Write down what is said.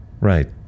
Right